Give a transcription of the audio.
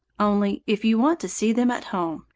only, if you want to see them at home,